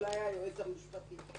אולי היועץ המשפטי.